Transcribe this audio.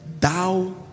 Thou